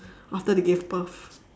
after they give birth